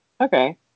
okay